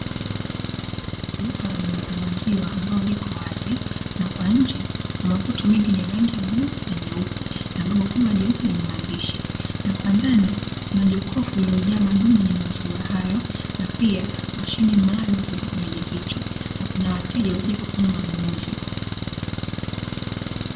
Duka la muuza maziwa ambalo liko wazi, na kwa nje kuna maputo mengi yenye rangi ya bluu na nyeupe, na bango kubwa jeupe lenye maandishi, na kwa ndani kuna jokofu lililo jaa madumu yenye maziwa hayo na pia mashine maalumu ya kuuzia kinywaji hicho, na kuna wateja wamekuja hapo kufanya manunuzi.